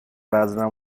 وزنم